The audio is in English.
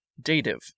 dative